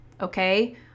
okay